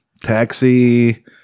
taxi